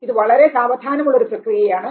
ഇത് വളരെ സാവധാനം ഉള്ള ഒരു പ്രക്രിയയാണ്